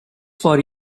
for